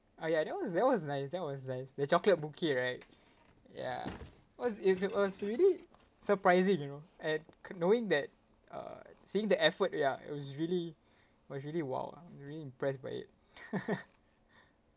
oh ya that was that was nice that was nice the chocolate bouquet right ya what's it was really surprising you know and knowing that uh seeing the effort ya it was really was really !wow! ah I'm really impressed by it